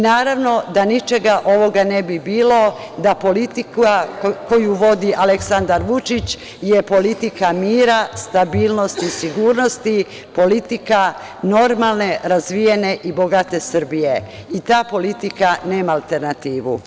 Naravno da ničega ovog ne bi bilo da politika koju vodi Aleksandar Vučić je politika mira, stabilnosti, sigurnosti, politika normalne, razvijene i bogate Srbije i ta politika nema alternativu.